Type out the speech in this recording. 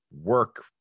work